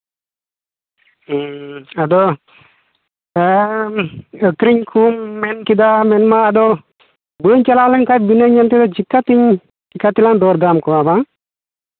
ᱦᱮᱸ ᱟᱫᱚ ᱦᱮᱸ ᱟᱠᱨᱤᱧ ᱠᱚᱢ ᱢᱮᱱ ᱠᱮᱫᱟ ᱢᱮᱱᱢᱟ ᱟᱫᱚ ᱵᱟᱹᱧ ᱪᱟᱞᱟᱣ ᱞᱮᱱᱠᱷᱟᱱ ᱵᱤᱱᱟᱹ ᱧᱮᱞ ᱛᱮᱫᱚ ᱪᱤᱠᱟᱹ ᱛᱤᱧ ᱪᱤᱠᱟᱹ ᱛᱮᱞᱟᱝ ᱫᱚᱨᱫᱟᱢ ᱠᱚᱣᱟ ᱵᱟᱝ